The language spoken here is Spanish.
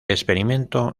experimento